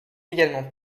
également